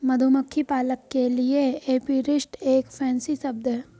मधुमक्खी पालक के लिए एपीरिस्ट एक फैंसी शब्द है